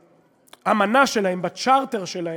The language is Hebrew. באמנה שלהם, בצ'רטר שלהם,